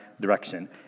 direction